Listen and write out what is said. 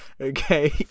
okay